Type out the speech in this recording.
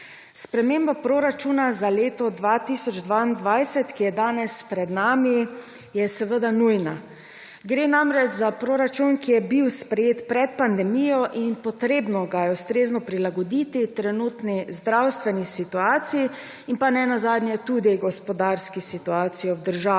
Sprememba proračuna za leto 2022, ki je danes pred nami, je seveda nujna. Gre namreč za proračun, ki je bil sprejet pred pandemijo in ga je potrebno ustrezno prilagoditi trenutni zdravstveni situaciji in ne nazadnje tudi gospodarski situaciji v državi.